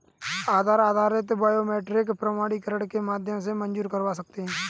आधार आधारित बायोमेट्रिक प्रमाणीकरण के माध्यम से मंज़ूर करवा सकते हैं